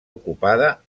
ocupada